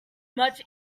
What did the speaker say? much